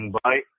bye